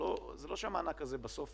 זה לא שהוא ייהנה בסוף